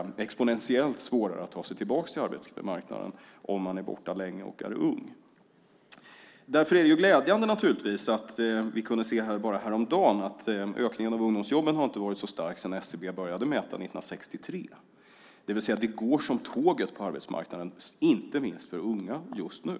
därmed exponentiellt svårare att ta sig tillbaka till arbetsmarknaden om man är borta för länge och är ung. Därför är det naturligtvis glädjande att vi häromdagen kunde se att ökningen av ungdomsjobben inte har varit så stark sedan SCB började mäta 1963. Det går som tåget på arbetsmarknaden, inte minst för unga, just nu.